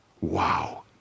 Wow